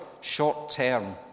short-term